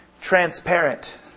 transparent